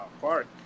park